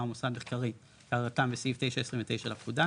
או מוסד מחקרי כהגדרתם בסעיף 9(29) לפקודה: